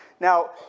Now